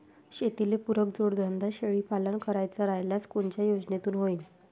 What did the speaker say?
शेतीले पुरक जोडधंदा शेळीपालन करायचा राह्यल्यास कोनच्या योजनेतून होईन?